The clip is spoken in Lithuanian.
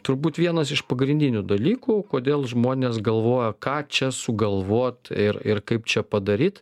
turbūt vienas iš pagrindinių dalykų kodėl žmonės galvoja ką čia sugalvot ir ir kaip čia padaryt